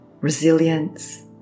resilience